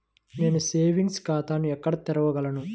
నేను సేవింగ్స్ ఖాతాను ఎక్కడ తెరవగలను?